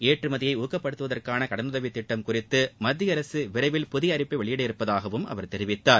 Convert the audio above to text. ஏற்றுமதியை ஊக்கப்படுத்துவதற்கான கடனுதவி திட்டம் குறித்து மத்திய அரசு விரைவில் புதிய அறிவிப்பை வெளியிட இருப்பதாகவும் அவர் தெரிவித்தார்